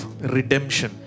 redemption